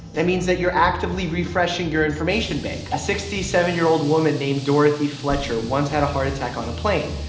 that means that you're actively refreshing your information bank. a sixty seven year old woman named dorothy fletcher once had a heart attack on a plane.